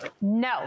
No